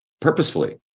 purposefully